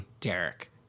Derek